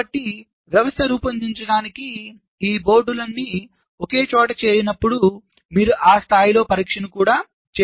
కాబట్టి వ్యవస్థను రూపొందించడానికి ఈ బోర్డులన్నీ ఒకచోట చేరినప్పుడు మీరు ఆ స్థాయిలో పరీక్షను కూడా చేయవచ్చు